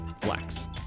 flex